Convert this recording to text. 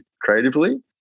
creatively